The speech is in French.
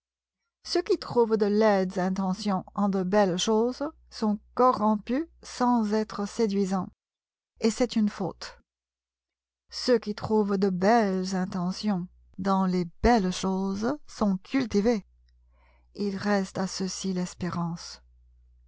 ceux qui trouvent de laides intentions en de belles choses sont corrompus sans être séduisants et c'est une faute ceux qui trouvent de belles intentions dans les belles choses sont cultivés il reste à ceux-ci l'espérance